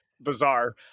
bizarre